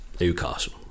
Newcastle